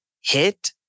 hit